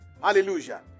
Hallelujah